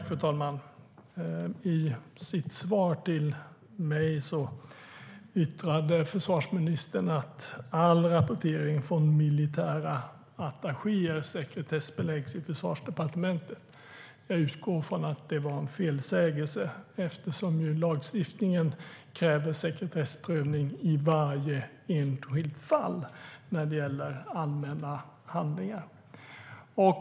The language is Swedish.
Fru talman! I sitt svar till mig yttrade försvarsministern att all rapportering från militära attachéer sekretessbeläggs i Försvarsdepartementet. Jag utgår från att det var en felsägning, eftersom lagstiftningen kräver sekretessprövning i varje enskilt fall när det gäller allmänna handlingar.